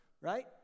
Right